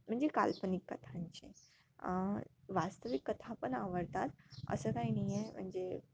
म्हणजे काल्पनिक कथांचे वास्तविक कथा पण आवडतात असं काही नाही आहे म्हणजे